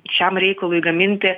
šiam reikalui gaminti